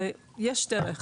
יש דרך.